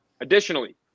Additionally